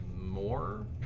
more